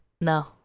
No